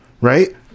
Right